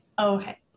Okay